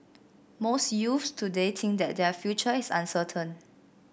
most youths today think that their future is uncertain